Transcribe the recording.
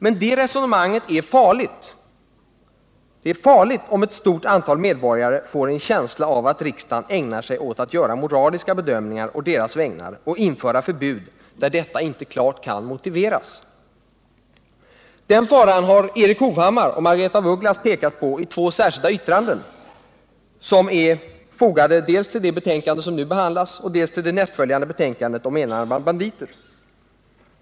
Men detta är ett farligt resonemang, om ett stort antal medborgare får en känsla av att riksdagen ägnar sig åt att göra moraliska bedömningar på deras vägnar och införa förbud där detta inte klart kan motiveras. Den faran har Erik Hovhammar och Margaretha af Ugglas pekat på i två särskilda yttranden som är fogade dels till det betänkande som nu behandlas, dels till det nästföljande betänkandet om bl.a. enarmade banditer.